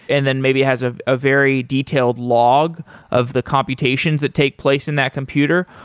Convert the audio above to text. and then maybe has a ah very detailed log of the computations that take place in that computer,